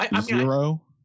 Zero